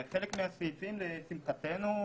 לשמחתנו,